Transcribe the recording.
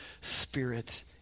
spirit